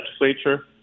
legislature